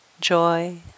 joy